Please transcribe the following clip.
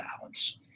balance